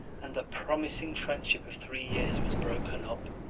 and a promising friendship of three years was broken up.